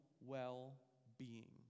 well-being